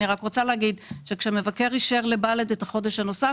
אני רק רוצה להגיד שכשמבקר אישר לבל"ד את החודש הנוסף